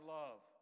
love